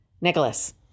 Nicholas